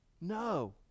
No